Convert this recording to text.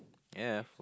ya